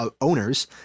owners